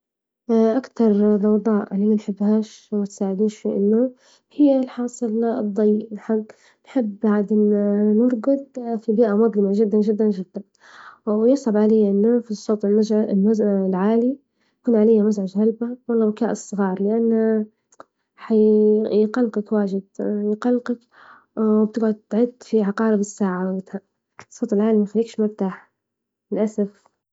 أكثر ضوضاء اللي منحبهاش ومتساعدنيش في النوم هي الحاسة ال الضي نحج نحب عادي نرجد في بيئة مظلمة جدا جدا جدا ويصعب عليا النوم في الصوت المج المز العالي يكون عليَّ مزعج هلبا ولا بكاء الصغار لأنه هيقلقك واجد يقلقك وبتجعد تعد في عقارب الساعة وجتها، الصوت العالي ميخليكش مرتاح للأسف.